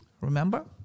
Remember